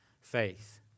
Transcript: faith